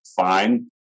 fine